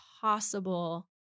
possible